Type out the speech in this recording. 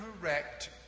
correct